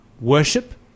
worship